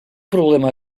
problema